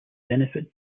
benefit